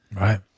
Right